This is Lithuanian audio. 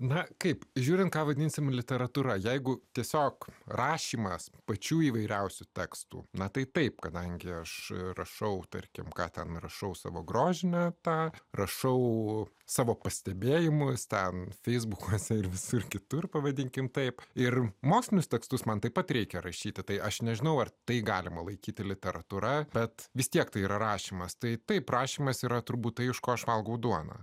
na kaip žiūrint ką vadinsime literatūra jeigu tiesiog rašymas pačių įvairiausių tekstų matai taip kadangi aš rašau tarkim ką ten rašau savo grožinę tą rašau savo pastebėjimais ten feisbuką ir visur kitur pavadinkime taip ir mokslinius tekstus man taip pat reikia rašyti tai aš nežinau ar tai galima laikyti literatūra bet vis tiek tai yra rašymas tai taip prašymas yra turbūt aišku aš valgau duoną